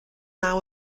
naw